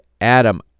Adam